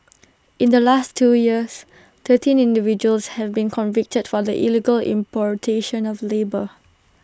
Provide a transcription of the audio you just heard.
in the last two years thirteen individuals have been convicted for the illegal importation of labour